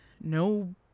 no